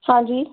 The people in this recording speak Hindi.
हाँ जी